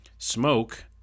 smoke